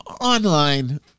online